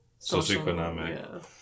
socioeconomic